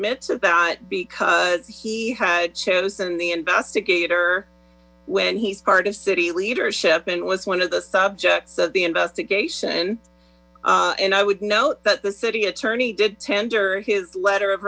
that because he had chosen the investigator when h's part of city leadership and was one of the subjects of the investigation and i would note that the city attorney did tender his letter of